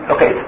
Okay